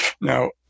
Now